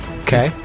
Okay